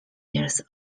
years